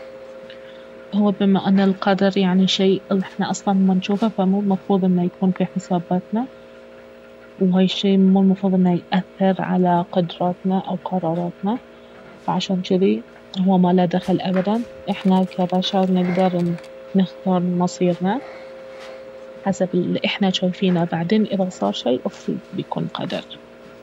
اهو بما انه القدر يعني شي احنا أصلا ما نجوفه فمو المفروض انه يكون في حساباتنا وهاي الشي مو المفروض انه يأثر على قدراتنا او قراراتنا فعشان جذي اهو ماله دخل ابدا احنا كبشر نقدر نختار مصيرنا حسب الي احنا جايفينه وبعدين اذا صار شي اوكي بيكون القدر